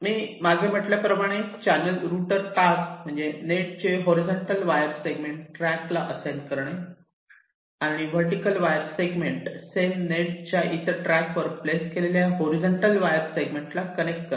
मी मागे म्हटल्याप्रमाणे channel router task म्हणजे नेट चे हॉरीझॉन्टल वायर सेगमेंट ट्रॅक ला असाइन करणे आणि वर्टीकल वायर सेगमेंट सेम नेटच्या इतर ट्रॅक वर प्लेस केलेल्या हॉरीझॉन्टल वायर सेगमेंट ला कनेक्ट करणे